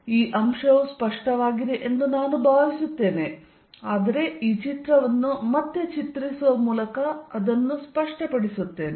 ಆದ್ದರಿಂದ ಈ ಅಂಶವು ಸ್ಪಷ್ಟವಾಗಿದೆ ಎಂದು ನಾನು ಭಾವಿಸುತ್ತೇನೆ ಆದರೆ ಈ ಚಿತ್ರವನ್ನು ಮತ್ತೆ ಚಿತ್ರಿಸುವ ಮೂಲಕ ಅದನ್ನು ಸ್ಪಷ್ಟಪಡಿಸುತ್ತೇನೆ